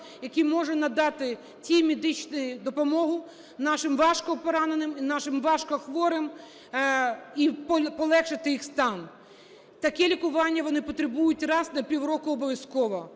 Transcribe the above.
який може надати ту медичну допомогу нашим важкопораненим і нашим важкохворим і полегшити їх стан. Таке лікування вони потребують раз на півроку обов'язково.